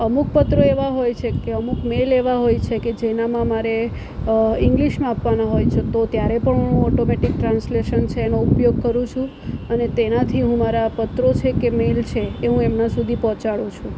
અમુક પત્રો એવા હોય છે કે અમુક મેઈલ એવા હોય છે કે જેનામાં મારે ઈંગ્લીશમાં આપવાના હોય છે તો ત્યારે પણ હું ઓટોમેટિક ટ્રાન્સલેશન છે એનો ઉપયોગ કરું છું અને તેનાથી હું મારા પત્રો છે કે મેઈલ છે એ હું એમના સુધી પહોંચાડું છું